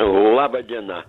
laba diena